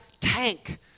tank